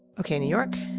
okay, new york,